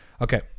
Okay